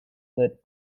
light